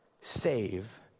save